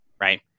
right